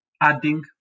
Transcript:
adding